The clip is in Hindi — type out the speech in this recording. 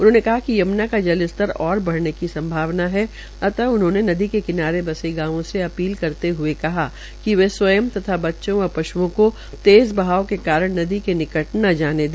उन्होंने कहा कि यम्ना का जल स्तर और बढ़ने की संभावना है अब तक उन्होंने नदी के किनारे बसे गांवों से अपील करते हए कहा कि वे स्वयं तथा बच्चों व पश्ओं को तेज बहाव के कारण नदी के निकट न जाने दे